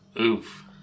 Oof